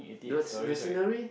the sce~ the scenery